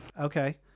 Okay